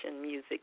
music